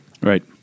Right